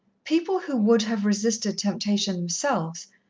people who would have resisted temptation themselves,